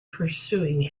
pursuing